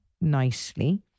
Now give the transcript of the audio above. nicely